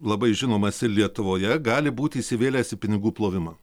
labai žinomas ir lietuvoje gali būti įsivėlęs į pinigų plovimą